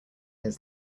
his